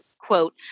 quote